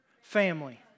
Family